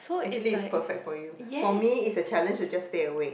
actually it's perfect for you for me it's a challenge to just stay awake